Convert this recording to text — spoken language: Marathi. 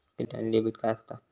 क्रेडिट आणि डेबिट काय असता?